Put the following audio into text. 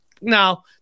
Now